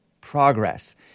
progress